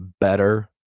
better